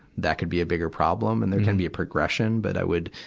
that could be a bigger problem and there can be a progression. but i would,